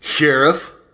Sheriff